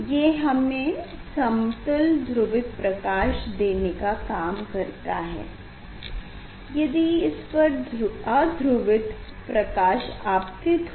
ये हमे समतल ध्रुवित प्रकाश देने का काम करता है यदि इस पर अध्रुवित प्रकाश आपतित हो